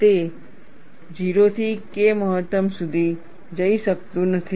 તે 0 થી K મહત્તમ સુધી જઈ શકતું નથી